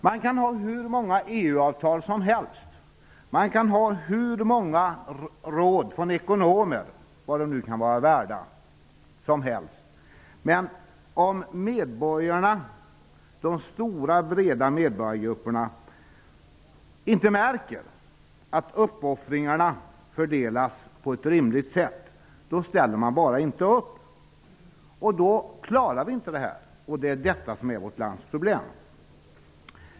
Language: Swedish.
Det kan finnas hur många EU-avtal som helst och det kan förekomma hur många råd som helst från ekonomer -- vad de råden nu kan vara värda -- men om de stora och breda medborgargrupperna inte märker att uppoffringarna fördelas på ett rimligt sätt ställer folk inte upp. Då klarar vi inte det hela. Detta är vårt lands problem.